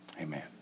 Amen